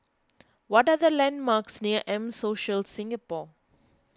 what are the landmarks near M Social Singapore